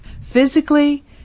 physically